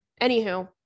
Anywho